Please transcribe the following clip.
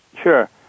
Sure